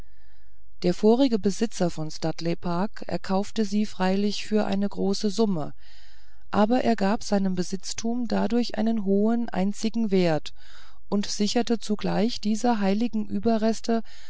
der vorige besitzer von studley park erkaufte sie freilich für eine große summe aber er gab seinen besitztum dadurch einen hohen einzigen wert und sicherte zugleich diese heiligen überreste